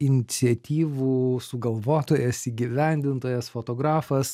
iniciatyvų sugalvotojas įgyvendintojas fotografas